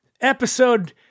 episode